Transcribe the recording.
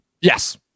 yes